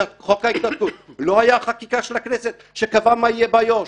חוק ההתנתקות לא היה חקיקה של הכנסת שקבע מה יהיה באיו"ש?